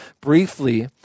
briefly